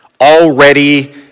already